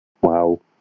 Wow